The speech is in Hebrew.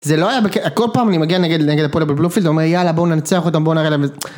זה לא היה בקטע, כל פעם אני מגיע נגיד נגד הפעול בבלופילד הוא אומר יאללה בואו ננצח אותם בואו נראה להם איזה.